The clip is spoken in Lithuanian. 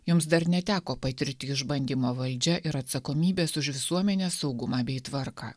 jums dar neteko patirti išbandymo valdžia ir atsakomybės už visuomenės saugumą bei tvarką